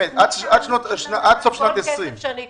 עד סוף שנת 2020 --- כל כסף שאני אקבל,